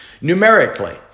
numerically